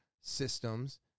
systems